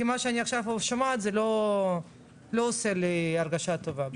כי מה שאני שומעת עכשיו לא עושה לי הרגשה טובה.